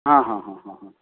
ହଁ ହଁ ହଁ ହଁ ହଁ